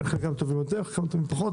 חלקם טובים יותר, חלקם טובים פחות.